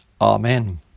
Amen